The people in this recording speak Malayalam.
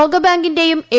ലോകബാങ്കിന്റെയും എ